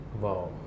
Wow